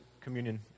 communion